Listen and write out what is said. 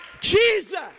Jesus